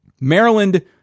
Maryland